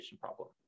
problem